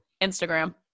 Instagram